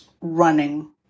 running